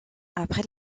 après